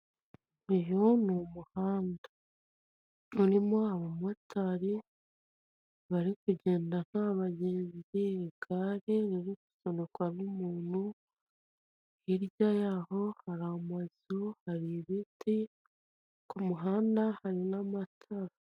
Uyu ni umuhanda, urimo abamotari bari kugenda nta bagenzi, igare ririkumanukaho umuntu, hirya y'aho hari amazu, hari ibiti ku muhanda, hari n'amatara.